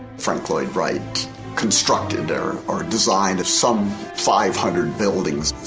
frank lloyd wright constructed or and or designed some five hundred buildings,